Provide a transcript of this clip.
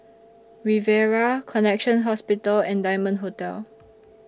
Riviera Connexion Hospital and Diamond Hotel